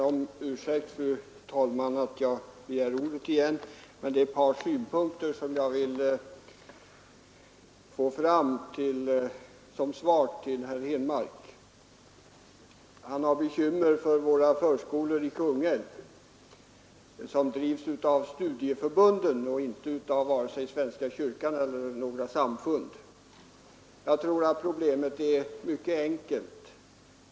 Fru talman! Jag ber om ursäkt för att jag begär ordet igen, men det är ett par synpunkter som jag vill anföra som svar till herr Henmark. Herr Henmark har bekymmer för de förskolor i Kungälv som drivs av studieförbunden och inte av vare sig den svenska kyrkan eller några samfund. Jag tror att problemet är mycket enkelt.